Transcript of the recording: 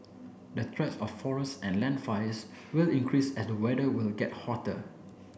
the of forest and land fires will increase at the weather will get hotter